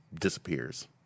disappears